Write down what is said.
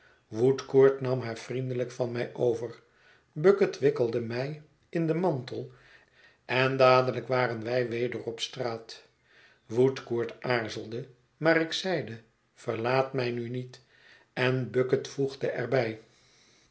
woodcourt nam haar vriendelijk van mij over bucket wikkelde mij in den mantel en dadelijk waren wij weder op straat woodcourt aarzelde maar ik zeide verlaat mij nu niet en bucket voegde er